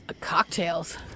Cocktails